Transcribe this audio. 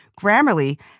Grammarly